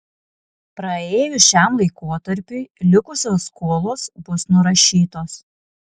praėjus šiam laikotarpiui likusios skolos bus nurašytos